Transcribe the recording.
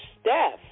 Steph